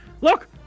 Look